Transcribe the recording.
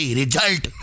result